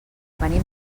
venim